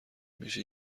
میشه